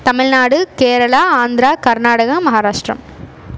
Tamil Nadu Kerala Andhra Karnataka Maharashtra